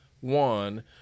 one